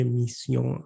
mission